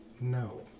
No